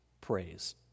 praise